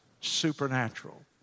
supernatural